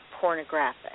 pornographic